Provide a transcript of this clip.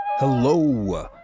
Hello